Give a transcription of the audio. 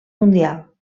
mundial